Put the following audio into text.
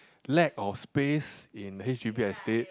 lack of space in H_D_B estate